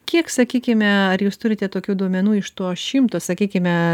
kiek sakykime ar jūs turite tokių duomenų iš to šimto sakykime